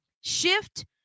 Shift